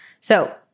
So-